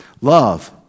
Love